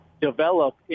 develop